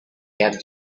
kept